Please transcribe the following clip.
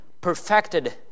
perfected